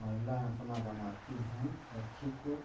महिला अपना बनाती हैं मच्छी को